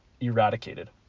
eradicated